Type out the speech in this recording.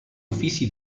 ofici